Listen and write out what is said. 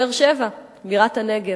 באר-שבע, בירת הנגב,